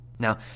Now